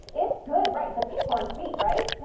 it's good. right, the pink ones beet, right,